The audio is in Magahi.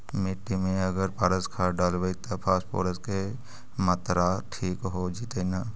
मिट्टी में अगर पारस खाद डालबै त फास्फोरस के माऋआ ठिक हो जितै न?